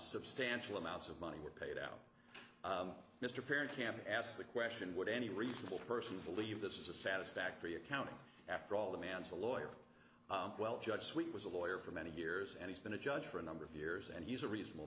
substantial amounts of money were paid out mr parent camp asked the question would any reasonable person believe this is a satisfactory accounting after all the man's a lawyer well judge sweet was a lawyer for many years and he's been a judge for a number of years and he's a reasonable